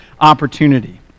opportunity